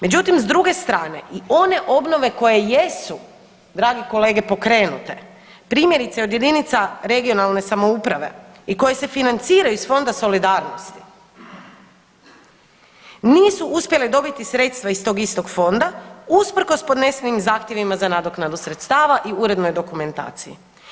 Međutim, s druge strane i one obnove koje jesu dragi kolege pokrenute primjerice od jedinica regionalne samouprave i koje se financiraju iz Fonda solidarnosti nisu uspjele dobiti sredstva iz tog istog fonda usprkos podnesenim zahtjevima za nadoknadu sredstava i urednoj dokumentaciji.